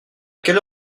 quelle